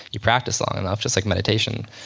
you practice long enough, just like meditation.